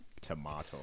Tomato